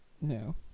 No